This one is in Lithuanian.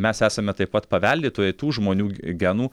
mes esame taip pat paveldėtojai tų žmonių genų